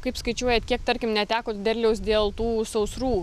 kaip skaičiuojat kiek tarkim netekot derliaus dėl tų sausrų